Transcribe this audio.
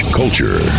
culture